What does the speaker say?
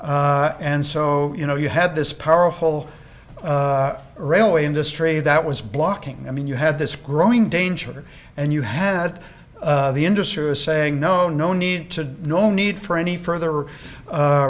and so you know you had this powerful railway industry that was blocking i mean you had this growing danger and you had the industry a saying no no need to no need for any further